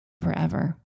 forever